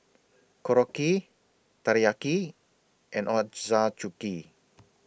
Korokke Teriyaki and Ochazuke